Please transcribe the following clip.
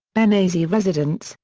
benghazi residents,